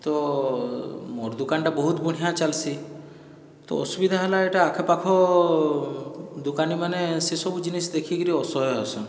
ତ ମୋର୍ ଦୋକାନଟା ବହୁତ ବଢ଼ିଆଁ ଚାଲ୍ସିଁ ତ ଅସୁବିଧା ହେଲା ଏହିଟା ଆଖପାଖ ଦୋକାନୀମାନେ ସେସବୁ ଜିନିଷ୍ ଦେଖିକିରି ଅସହୟ ହେସନ୍